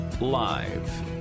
Live